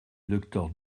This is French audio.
docteur